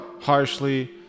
harshly